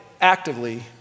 actively